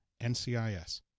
NCIS